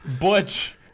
Butch